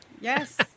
Yes